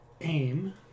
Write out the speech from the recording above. aim